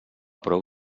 prou